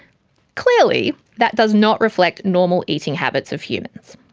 clearly, that does not reflect normal eating habits of humans.